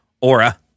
Aura